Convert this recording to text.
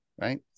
right